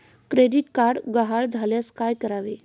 Credit card गहाळ झाल्यास काय करावे?